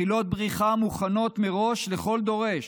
מחילות בריחה מוכנות מראש לכל דורש.